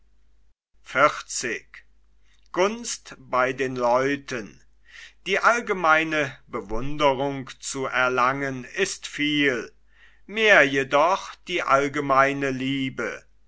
die allgemeine bewunderung zu erlangen ist viel mehr jedoch die allgemeine liebe